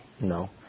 No